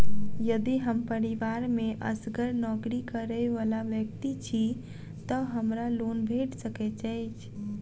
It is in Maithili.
यदि हम परिवार मे असगर नौकरी करै वला व्यक्ति छी तऽ हमरा लोन भेट सकैत अछि?